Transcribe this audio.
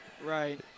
Right